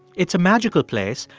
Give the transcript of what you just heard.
it's a magical place,